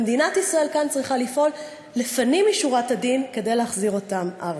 ומדינת ישראל כאן צריכה לפעול לפנים משורת הדין כדי להחזיר אותם ארצה.